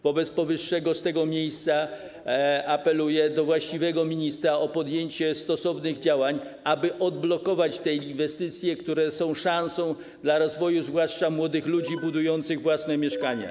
Wobec powyższego z tego miejsca apeluję do właściwego ministra o podjęcie stosownych działań, aby odblokować te inwestycje, które są szansą dla rozwoju zwłaszcza młodych ludzi budujących własne mieszkania.